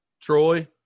Troy